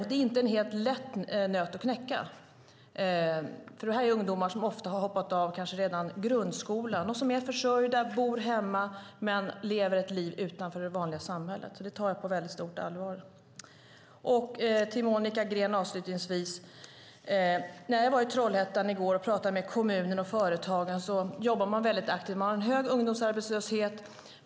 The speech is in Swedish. Det är inte en helt lätt nöt att knäcka eftersom detta är ungdomar som ofta har hoppat av redan i grundskolan och som är försörjda och bor hemma men lever ett liv utanför det vanliga samhället. Det tar jag på mycket stort allvar. Avslutningsvis vänder jag mig till Monica Green. När jag var i Trollhättan i går och talade med kommunen och företagen fick jag höra att man jobbar mycket aktivt. Man har en hög ungdomsarbetslöshet.